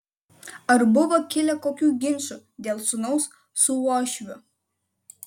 ar buvo kilę kokių ginčų dėl sūnaus su uošviu